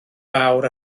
fawr